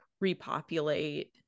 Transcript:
repopulate